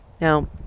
now